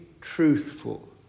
truthful